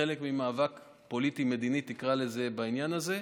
תקרא לזה חלק ממאבק פוליטי-מדיני בעניין הזה.